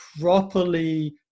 properly